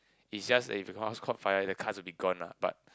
it's just if my house caught fire the cards will be gone lah but